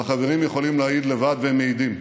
והחברים יכולים להעיד לבד, והם מעידים,